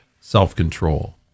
self-control